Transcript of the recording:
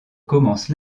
commence